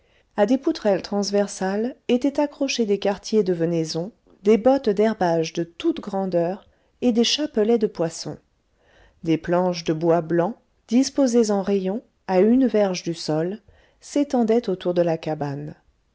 a des poutrelles transversales étaient accrochés des quartiers de venaison des bottes d'herbages de toutes grandeurs et des chapelets de poissons des planches de bois blanc disposées en rayon à une verge du sol s'étendaient autour de la cabane